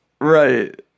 Right